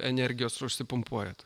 energijos užsipumpuojat